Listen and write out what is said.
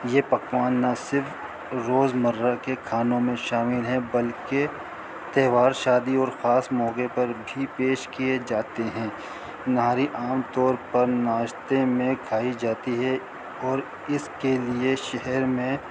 یہ پکوان نہ صرف روز مرہ کے کھانوں میں شامل ہیں بلکہ تہوار شادی اور خاص موقعے پر بھی پیش کیے جاتے ہیں نہاری عام طور پر ناشتے میں کھائی جاتی ہے اور اس کے لیے شہر میں